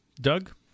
Doug